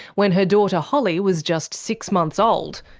when her daughter holly was just six months old,